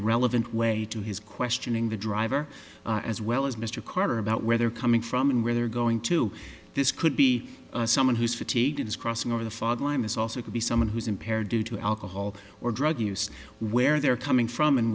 relevant way to his questioning the driver as well as mr carter about where they're coming from and where they're going to this could be someone who's fatigued is crossing over the fog line is also could be someone who's impaired due to alcohol or drug use where they're coming from and